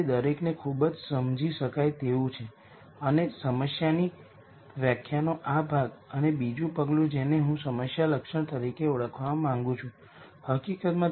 તેથી આ એક એવો કેસ છે જ્યાં આઇગન વૅલ્યુઝ ત્રણ વાર પુનરાવર્તિત હોય છે પરંતુ ત્રણ સ્વતંત્ર આઇગન વેક્ટર છે